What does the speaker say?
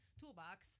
toolbox